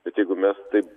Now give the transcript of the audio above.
bet jeigu mes taip